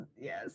Yes